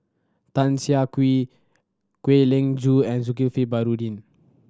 Tan Siah Kwee Kwek Leng Joo and Zulkifli Baharudin